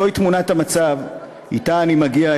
זוהי תמונת המצב שאתה אני מגיע,